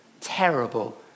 terrible